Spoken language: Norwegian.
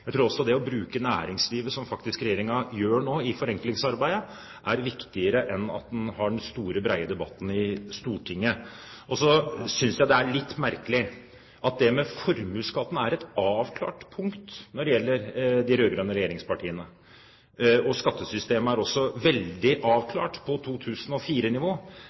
jeg er det regjeringen har i fokus. Jeg tror også at det å bruke næringslivet, som regjeringen faktisk nå gjør i forenklingsarbeidet, er viktigere enn at en har den store, brede debatten i Stortinget. Det med formuesskatten er et avklart punkt når det gjelder de rød-grønne regjeringspartiene. Skattesystemet er også veldig avklart, på